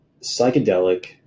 psychedelic